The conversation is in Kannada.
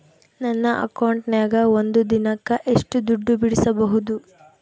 ನನ್ನ ಅಕೌಂಟಿನ್ಯಾಗ ಒಂದು ದಿನಕ್ಕ ಎಷ್ಟು ದುಡ್ಡು ಬಿಡಿಸಬಹುದು?